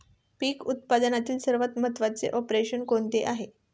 पीक उत्पादनातील सर्वात महत्त्वाचे ऑपरेशन कोणते आहे?